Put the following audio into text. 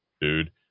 Dude